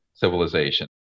civilization